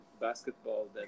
basketball